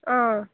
अँ